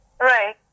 Right